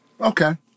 Okay